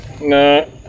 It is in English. No